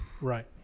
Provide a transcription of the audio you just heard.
Right